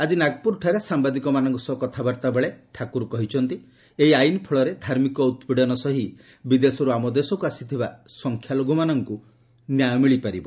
ଆଜି ନାଗପ୍ରରଠାରେ ସାମ୍ଭାଦିକମାନଙ୍କ ସହ କଥାବାର୍ତ୍ତା ବେଳେ ଠାକୁର କହିଛନ୍ତି ଏହି ଆଇନ୍ ଫଳରେ ଧାର୍ମିକ ଉତ୍ପୀଡ଼ନ ସହି ବିଦେଶରୁ ଆମ ଦେଶକୁ ଆସିଥିବା ସଂଖ୍ୟାଲଘୁମାନଙ୍କୁ ନ୍ୟାୟ ମିଳିପାରିବ